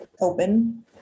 open